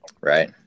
Right